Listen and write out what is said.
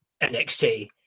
nxt